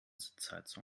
sitzheizung